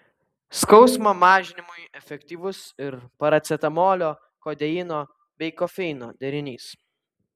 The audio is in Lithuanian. skausmo mažinimui efektyvus ir paracetamolio kodeino bei kofeino derinys